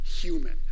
human